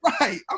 Right